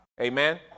Amen